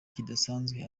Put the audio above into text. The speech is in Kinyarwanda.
kidasanzwe